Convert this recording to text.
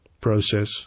process